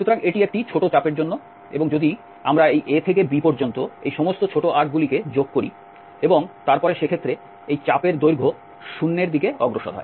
সুতরাং এটি একটি ছোট চাপের জন্য এবং যদি আমরা এই A থেকে B পর্যন্ত এই সমস্ত ছোট আর্কগুলিকে যোগ করি এবং তারপরে সেক্ষেত্রে এই চাপের দৈর্ঘ্য শূন্যের দিকে অগ্রসর হয়